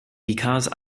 because